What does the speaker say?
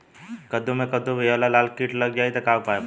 कद्दू मे कद्दू विहल या लाल कीट लग जाइ त का उपाय बा?